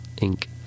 ink